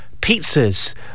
pizzas